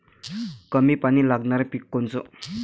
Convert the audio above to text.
कमी पानी लागनारं पिक कोनचं?